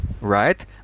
right